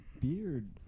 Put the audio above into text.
beard